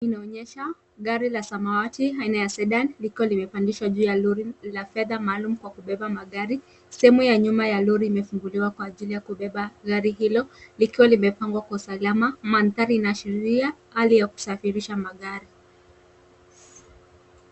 Inaonyesha gari la samawati, aina ya Sedan, liko limepandishwa juu ya lori la fedha maalum kwa kubeba magari. Sehemu ya nyuma ya lori imefunguliwa kwa ajili ya kubeba gari hilo likiwa limepangwa kwa usalama. Mandhari inaashiria hali ya kusafirisha magari.